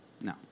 No